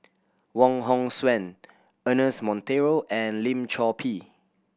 Wong Hong Suen Ernest Monteiro and Lim Chor Pee